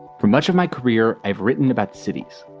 for much of my career, i've written about cities,